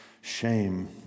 shame